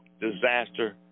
disaster